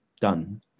done